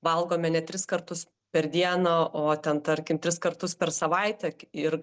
valgome ne tris kartus per dieną o ten tarkim tris kartus per savaitę ir